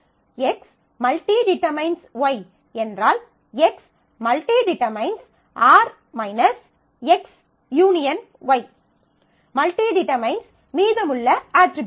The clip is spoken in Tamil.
X →→ Y என்றால் X →→ R →→ மீதமுள்ள அட்ரிபியூட்கள்